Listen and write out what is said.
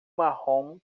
marrom